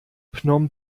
phnom